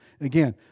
Again